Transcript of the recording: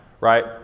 right